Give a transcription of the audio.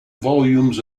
volumes